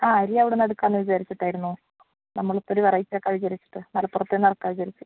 ആ അരി അവിടെനിന്ന് എടുക്കാമെന്ന് വിചാരിച്ചിട്ടായിരുന്നു നമ്മളിപ്പോഴൊരു വെറൈറ്റി മലപ്പുറത്തുനിന്ന് ഇറക്കാമെന്ന് വിചാരിച്ചു